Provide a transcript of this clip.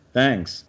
Thanks